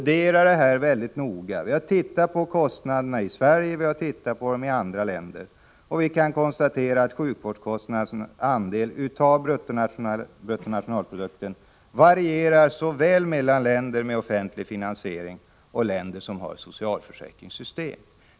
Det finns fakta och studier som visar att sjukvårdskostnadernas andel av bruttonationalprodukten varierar såväl mellan länder med offentlig finansiering som mellan länder som har annan finansiering, t.ex. försäkringssystem.